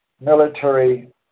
military